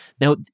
Now